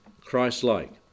Christ-like